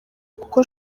kuko